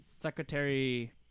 Secretary